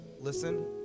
listen